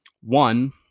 one